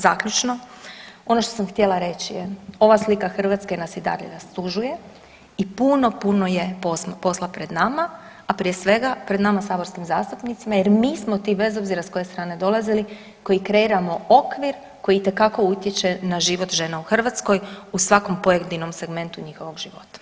Zaključno, ono što sam htjela reći je ova slika Hrvatske nas i dalje rastužuje i puno, puno je posla pred nama, a prije svega pred nama saborskim zastupnicima jer mi smo ti bez obzira s koje strane dolazili koji kreiramo okvir koji itekako utječe na život žena u Hrvatskoj u svakom pojedinom segmentu njihovog života.